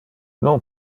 non